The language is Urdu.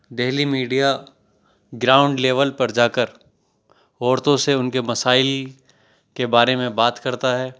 دہلی میڈیا گراؤنڈ لیول پر جا کر عورتوں سے ان کے مسائل کے بارے میں بات کرتا ہے